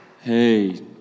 Hey